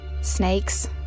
Snakes